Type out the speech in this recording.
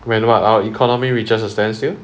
when what our economy reaches a standstill